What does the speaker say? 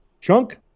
Chunk